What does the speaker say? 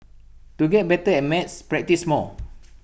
to get better at maths practise more